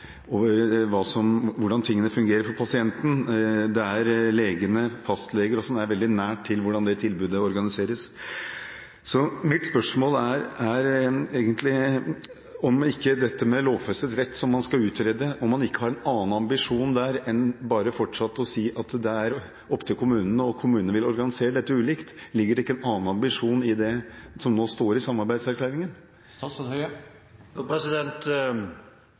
over hvordan tingene fungerer for pasienten. Leger, bl.a. fastleger, har veldig nær kjennskap til hvordan det tilbudet organiseres. Så mitt spørsmål er egentlig om man når det gjelder dette med lovfestet rett, som man skal utrede, ikke har en annen ambisjon enn fortsatt bare å si at det er opp til kommunene, og at kommunene vil organisere dette ulikt. Ligger det ikke en annen ambisjon i det som nå står i samarbeidserklæringen?